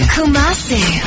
Kumasi